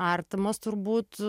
artimas turbūt